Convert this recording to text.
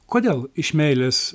kodėl iš meilės